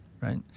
right